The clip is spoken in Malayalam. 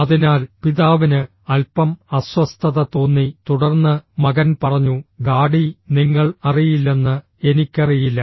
അതിനാൽ പിതാവിന് അൽപ്പം അസ്വസ്ഥത തോന്നി തുടർന്ന് മകൻ പറഞ്ഞു ഡാഡി നിങ്ങൾ അറിയില്ലെന്ന് എനിക്കറിയില്ല